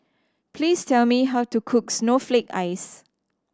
please tell me how to cook snowflake ice